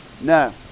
No